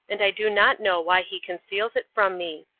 and i do not know why he conceals it from me.